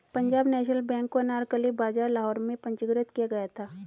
Punjab national bank को अनारकली बाजार लाहौर में पंजीकृत किया गया था